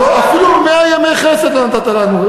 ואפילו מאה ימי חסד לא נתת לנו.